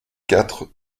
quatre